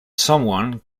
someone